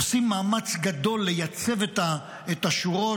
עושים מאמץ גדול לייצב את השורות,